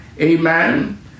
Amen